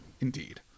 Indeed